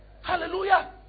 Hallelujah